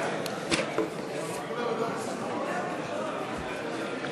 תגמולים לנכים,